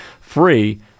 free